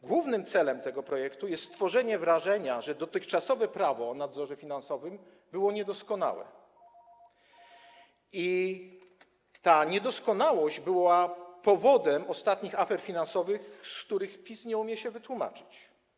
Głównym celem tego projektu jest stworzenie wrażenia, że dotychczasowe prawo o nadzorze finansowym było niedoskonałe i ta niedoskonałość była powodem ostatnich afer finansowych, z których PiS nie umie się wytłumaczyć.